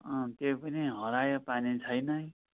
त्यो पनि हरायो पानी छैन है